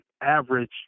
average